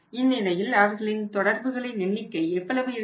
இந்நிலையில் அவர்களின் தொடர்புகளின் எண்ணிக்கை எவ்வளவு இருக்கும்